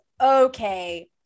okay